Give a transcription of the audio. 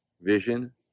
vision